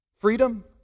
Freedom